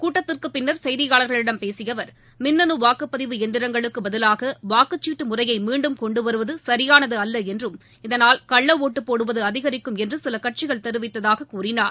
கூட்டத்திற்குப் பின்னர் செய்தியாளர்களிடம் பேசிய அவர் மின்னனு வாக்குப்பதிவு எந்திரங்களுக்குப் பதிலாக வாக்குச்சீட்டு முறையை மீண்டும் கொண்டுவருவது சியானதல்ல என்றும் இதனால் கள்ள ஒட்டுப் போடுவது அதிகரிக்கும் என்று சில கட்சிகள் தெரிவித்ததாகக் கூறினார்